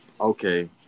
Okay